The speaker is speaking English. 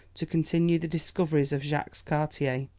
to continue the discoveries of jacques cartier,